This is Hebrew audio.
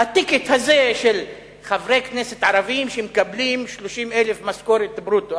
ה"טיקט" הזה של "חברי כנסת ערבים שמקבלים 30,000 משכורת ברוטו".